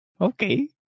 Okay